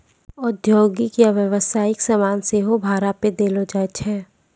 औद्योगिक या व्यवसायिक समान सेहो भाड़ा पे देलो जाय छै